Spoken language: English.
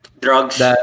Drugs